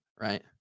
right